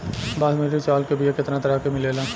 बासमती चावल के बीया केतना तरह के मिलेला?